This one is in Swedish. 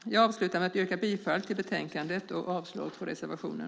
Jag avslutar med att yrka bifall till förslaget i betänkandet och avslag på reservationen.